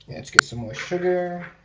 let's get some more sugar.